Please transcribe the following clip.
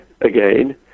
again